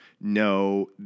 no